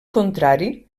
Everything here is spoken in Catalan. contrari